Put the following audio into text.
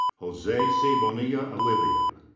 jose c. bonilla yeah oliva. yeah